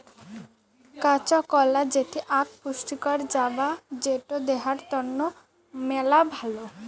কাঁচা কলা যেটি আক পুষ্টিকর জাবা যেটো দেহার তন্ন মেলা ভালো